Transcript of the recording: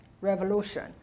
revolution